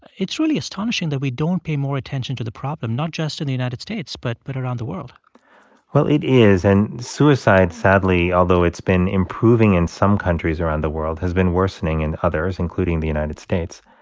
it's really astonishing that we don't pay more attention to the problem, not just in the united states but but around the world well, it is. and suicide, sadly, although it's been improving in some countries around the world, has been worsening in others, including the united states.